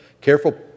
Careful